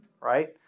right